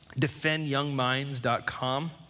DefendYoungMinds.com